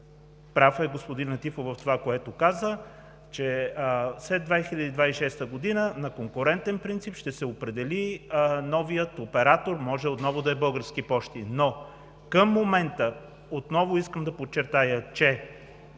прав господин Летифов в това, което каза, че след 2026 г. на конкурентен принцип ще се определи новият оператор. Това може отново да е Български пощи, но към момента, отново искам да подчертая, че